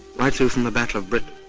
right through from the battle of britain.